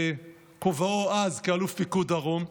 בכובעו אז כאלוף פיקוד דרום.